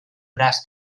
braç